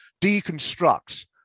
deconstructs